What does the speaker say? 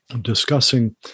discussing